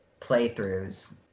playthroughs